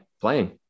playing